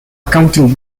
accounting